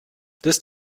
this